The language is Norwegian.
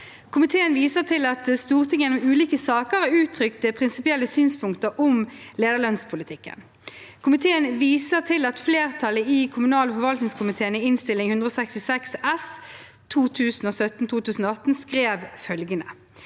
Komiteen viser videre til at Stortinget gjennom ulike saker har uttrykt prinsipielle synspunkter om lederlønnspolitikken. Komiteen viser også til at flertallet i kommunal- og forvaltningskomiteen skrev følgende